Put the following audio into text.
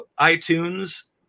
iTunes